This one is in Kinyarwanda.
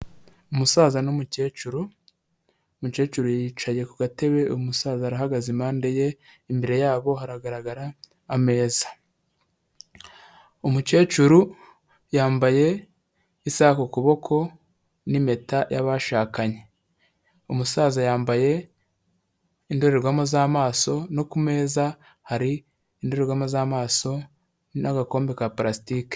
Umusaza n'umukecuru, umukecuru yicaye ku gatebe umusaza ahahagaze impande ye, imbere yabo haragaragara ameza, umukecuru yambaye isaha ku kuboko n'impeta y'abashakanye, umusaza yambaye indorerwamo z'amaso, no ku meza hari indorerwamo z'amaso n'agakombe ka pulastike.